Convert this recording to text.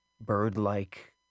bird-like